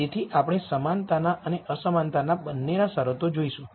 તેથી આપણે સમાનતા અને અસમાનતા બંનેના શરતો જોઈશું